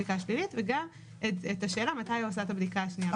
וגם את השאלה מתי הוא עשה את הבדיקה השנייה.